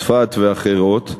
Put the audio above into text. צפת ואחרים,